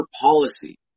policy